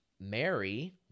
mary